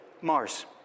Mars